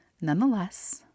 Nonetheless